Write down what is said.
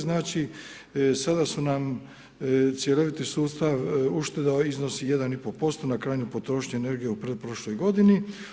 Znači sada su nam cjeloviti sustav ušteda iznosi 1,5% na krajnju potrošnju energije u pretprošloj godini.